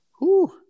whoo